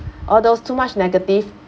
although is too much negative